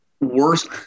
worst